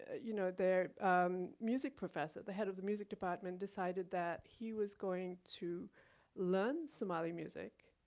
you know their music professor, the head of the music department decided that he was going to learn somali music.